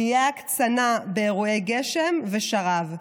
תהיה הקצנה באירועי גשם ושרב.